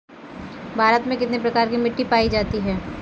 भारत में कितने प्रकार की मिट्टी पाई जाती है?